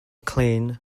clean